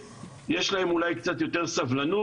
שיש להם אולי קצת יותר סבלנות,